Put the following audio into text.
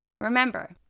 Remember